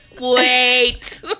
wait